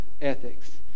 ethics